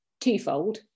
twofold